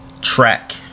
Track